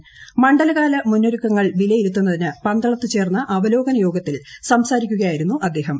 മൃണ്ഡലകാല മുന്നൊരുക്കങ്ങൾ വിലയിരുത്തു ന്നതിന് പന്തളത്ത് ചേർന്ന അവലോകന യോഗത്തിൽ സംസാരിക്കുക യായിരുന്നു അദ്ദേഹം